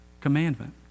commandment